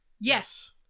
Yes